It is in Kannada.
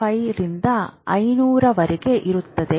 5 ರಿಂದ 500 ರವರೆಗೆ ಇರುತ್ತದೆ